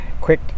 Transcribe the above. quick